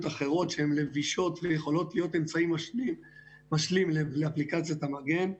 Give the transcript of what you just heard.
אחרות שהן לבישות ויכולות להיות אמצעי משלים לאפליקציית המגן,